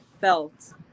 felt